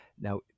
Now